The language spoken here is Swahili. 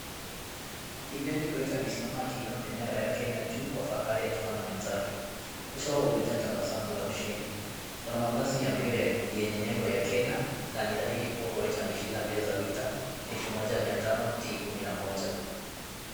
Mkimbiaji Koech amesimama akiinua bendera ya Kenya juu kwa fahari akiwa na mwenzake uso wao umejaa tabasamu la ushindi, wanamavazi ya mbio yenye nebo ya Kenya na ni thahiri kuwa Koech ameshinda mbio za meter elfu moja kumi na tano T kumi na moja.